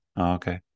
Okay